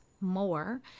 more